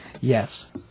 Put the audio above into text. Yes